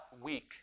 weak